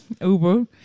Uber